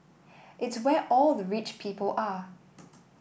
it's where all the rich people are